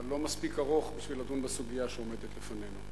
אבל לא מספיק ארוך כדי לדון בסוגיה שעומדת בפנינו.